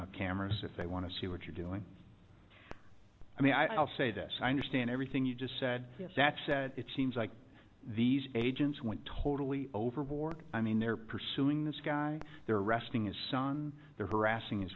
up cameras if they want to see what you're doing i mean i'll say this i understand everything you just said that said it seems like these agents went totally overboard i mean they're pursuing this guy they're arresting his son they're harassing his